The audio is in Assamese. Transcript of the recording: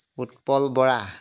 উৎপল বৰা